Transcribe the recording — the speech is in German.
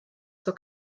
zur